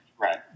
Right